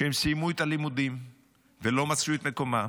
שהם סיימו את הלימודים ולא מצאו את מקומם